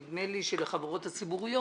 נדמה לי שאת החברות הציבוריות,